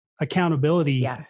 accountability